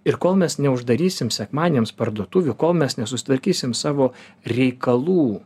ir kol mes neuždarysim sekmadieniams parduotuvių kol mes nesusitvarkysim savo reikalų